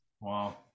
wow